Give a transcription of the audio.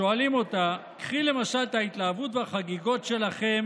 שואלים אותה: "קחי למשל את ההתלהבות והחגיגות שלכם